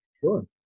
Sure